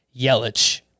Yelich